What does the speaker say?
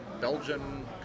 Belgian